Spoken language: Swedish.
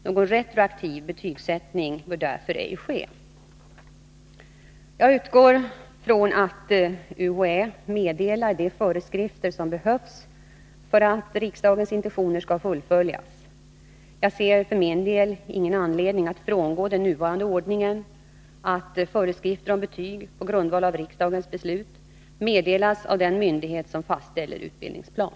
Någon retroaktiv betygsättning bör därför ej ske.” Jag utgår från att UHÄ meddelar de föreskrifter som behövs för att riksdagens intentioner skall fullföljas. Jag ser för min del ingen anledning att frångå den nuvarande ordningen, att föreskrifter om betyg på grundval av riksdagens beslut meddelas av den myndighet som fastställer utbildningsplan.